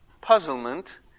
puzzlement